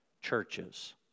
churches